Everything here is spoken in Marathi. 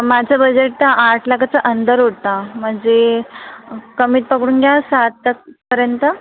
माझं बजेट आठ लाखाच्या अंदर होता म्हणजे कमीत पकडून घ्या सात आठपर्यंत